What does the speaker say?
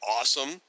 awesome